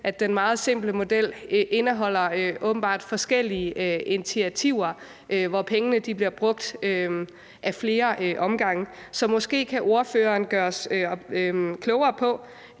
at den meget simple model åbenbart indeholder forskellige initiativer, hvor pengene bliver brugt ad flere omgange. Så måske kan ordføreren gøre os klogere på